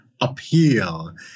appeal